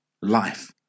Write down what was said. Life